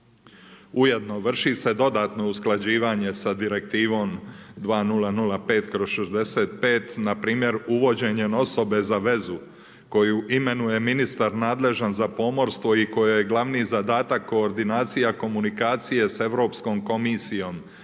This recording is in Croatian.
Ujedno, vrši se dodatno usklađivanje sa Direktivom 2005/65 na primjer, uvođenjem osobe za vezu, koju imenuje ministar nadležan za pomorstvo i koji je glavni zadatak koordinacija komunikacije sa Europskom komisijom